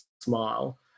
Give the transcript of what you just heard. smile